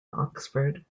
oxford